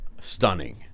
stunning